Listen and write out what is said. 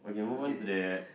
okay